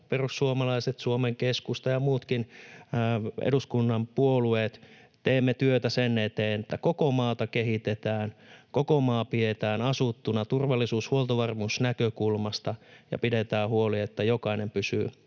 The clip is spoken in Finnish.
Perussuomalaiset, Suomen Keskusta ja muutkin eduskunnan puolueet teemme työtä sen eteen, että koko maata kehitetään, koko maa pidetään asuttuna turvallisuus-, huoltovarmuusnäkökulmasta, ja pidetään huoli, että jokainen